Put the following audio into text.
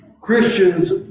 Christians